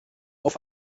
auf